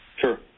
Sure